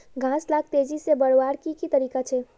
घास लाक तेजी से बढ़वार की की तरीका छे?